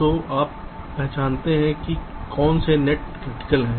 तो आप पहचानते हैं कि कौन से नेट क्रिटिकल हैं